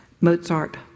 Mozart